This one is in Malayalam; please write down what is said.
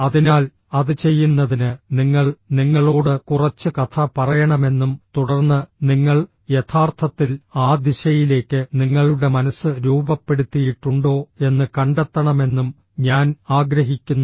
അതിനാൽ അത് ചെയ്യുന്നതിന് നിങ്ങൾ നിങ്ങളോട് കുറച്ച് കഥ പറയണമെന്നും തുടർന്ന് നിങ്ങൾ യഥാർത്ഥത്തിൽ ആ ദിശയിലേക്ക് നിങ്ങളുടെ മനസ്സ് രൂപപ്പെടുത്തിയിട്ടുണ്ടോ എന്ന് കണ്ടെത്തണമെന്നും ഞാൻ ആഗ്രഹിക്കുന്നു